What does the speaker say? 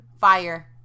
Fire